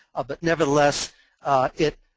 ah but nevertheless it